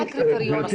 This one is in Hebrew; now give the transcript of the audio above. מה הקריטריונים?